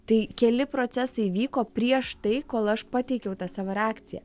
tai keli procesai vyko prieš tai kol aš pateikiau tą savo reakciją